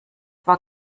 war